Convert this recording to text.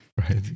right